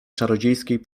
czarodziejskiej